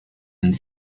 and